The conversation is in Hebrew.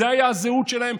זו הייתה הזהות שלהם,